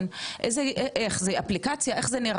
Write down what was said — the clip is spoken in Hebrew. יש באתר של רשות האוכלוסין.